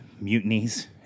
mutinies